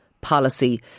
policy